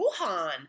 Wuhan